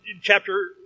chapter